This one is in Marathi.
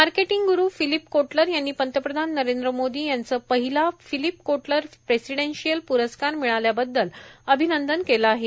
मार्केटिंग ग्रू फिलीप कोटलर यांनी पंतप्रधान नरेंद्र मोदी यांचं पहिला फिलीप कोटलर प्रेसिडेशियल प्रस्कार मिळाल्याबद्दल अभिनंदन केलं आहे